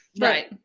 Right